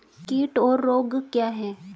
कीट और रोग क्या हैं?